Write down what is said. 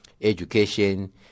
education